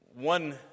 one